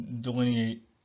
delineate